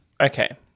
Okay